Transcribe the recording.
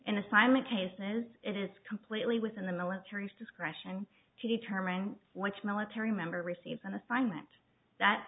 and assignment cases it is completely within the military's discretion to determine which military member receives an assignment that